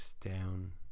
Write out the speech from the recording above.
down